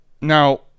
now